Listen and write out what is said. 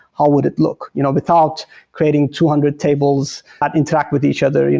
how would it look you know without creating two hundred tables that interact with each other. you know